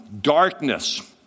Darkness